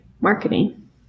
marketing